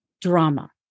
drama